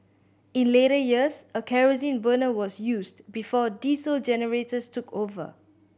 in later years a kerosene burner was used before diesel generators took over